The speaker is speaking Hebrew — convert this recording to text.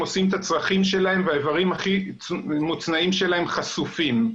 עושים את הצרכים שלהם והאיברים הכי מוצנעים שלהם חשופים.